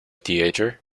theater